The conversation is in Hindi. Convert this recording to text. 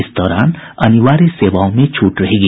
इस दौरान अनिवार्य सेवाओं में छूट रहेगी